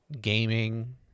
gaming